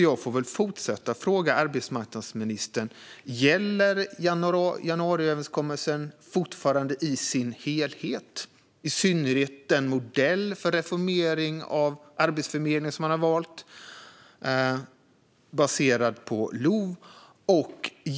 Jag får väl därför fortsätta att fråga arbetsmarknadsministern: Gäller januariöverenskommelsen fortfarande i sin helhet, i synnerhet den modell för reformering av Arbetsförmedlingen som man har valt baserad på LOV?